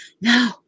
no